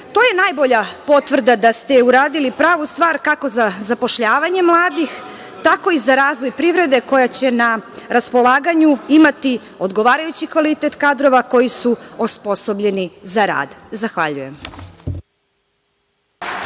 je najbolja potvrda da ste uradili pravu stvar, kako za zapošljavanje mladih, tako i za razvoj privrede koja će na raspolaganju imati odgovarajući kvalitet kadrova koji su osposobljeni za rad. Zahvaljujem.